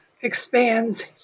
expands